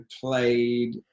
played